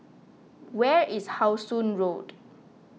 where is How Sun Road